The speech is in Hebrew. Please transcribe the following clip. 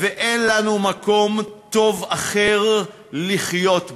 ואין לנו מקום טוב אחר לחיות בו.